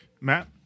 Matt